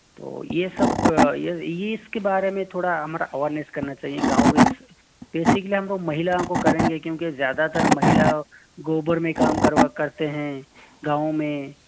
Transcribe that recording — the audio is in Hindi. तो यह सब यह इसके बारे में थोड़ा हमारा अवरनेस करना चाहिए गाँव बेस बेसिक्ली हम को महिलाओं को करेंगे क्योंके ज़्यादातर महिला गोबर में काम करवा करते हैं गाँव में